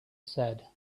said